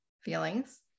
feelings